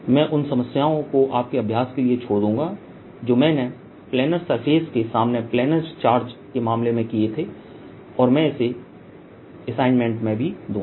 मैं उन समस्याओं को आपके अभ्यास लिए छोड़ दूंगा जो मैंने प्लैनर सरफेस के सामने प्लैनर चार्ज के मामले में किए थे और मैं इसे असाइनमेंट में भी दूंगा